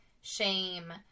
shame